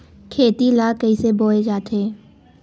खेती ला कइसे बोय जाथे?